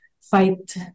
fight